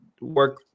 work